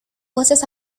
voces